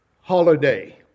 holiday